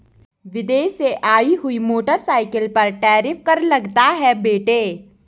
विदेश से आई हुई मोटरसाइकिल पर टैरिफ कर लगता है बेटे